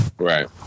right